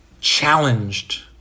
challenged